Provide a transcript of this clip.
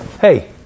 Hey